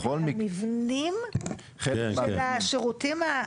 המבנים של השירותים,